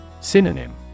Synonym